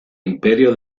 imperio